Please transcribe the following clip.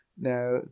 Now